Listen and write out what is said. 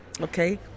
okay